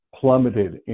plummeted